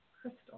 crystal